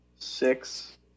Six